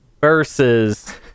versus